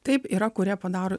taip yra kurie padaro